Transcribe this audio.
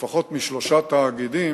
לפחות משלושה תאגידים,